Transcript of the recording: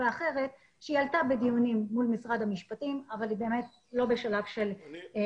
ואחרת שעלתה בדיונים מול משרד המשפטים אבל בעיני היא לא בשלה להתקדם.